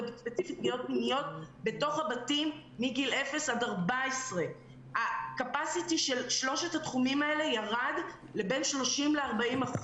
וספציפית פגיעות מיניות בתוך הבתים מגיל אפס עד 14. ה-capacity של שלושת התחומים האלה ירד לבין 30% ל-40%.